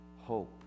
hope